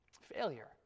failure